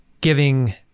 giving